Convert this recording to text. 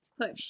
Push